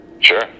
Sure